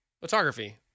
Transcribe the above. photography